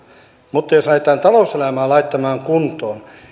mutta jos lähdetään talouselämää laittamaan kuntoon